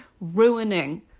ruining